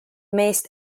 meest